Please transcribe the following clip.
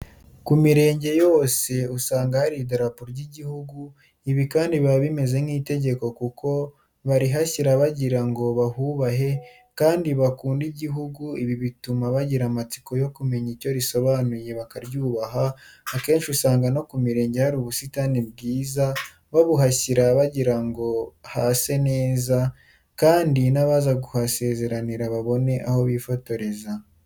Ku mirenge yose usanga hari idarapo ry'igihugu, ibi kandi biba bimeze nk'itegeko kuko barihashyira bagira ngo bahubahe kandi bakunde igihugu, ibi bituma bagira amatsiko yo kumenya icyo risobanuye bakaryubaha, akenshi usanga no ku mirenge hari ubusitani bwiza babuhashyira bagira hase neza kandi n'abaza gusezeranira aho babone aho bifotoreza.